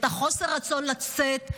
את חוסר הרצון לצאת,